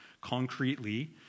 concretely